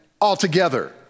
altogether